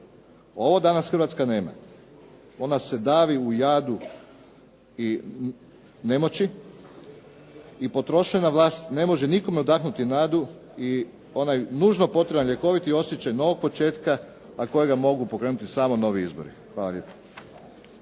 Ovo danas Hrvatska nema. Ona se davi u jadu i nemoći, i potrošena vlast ne može nikome udahnuti nadu i onaj nužno potreban ljekoviti osjećaj novog početka a kojega mogu pokrenuti samo novi izbori. Hvala lijepa.